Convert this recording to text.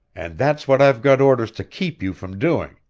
and that's what i've got orders to keep you from doing.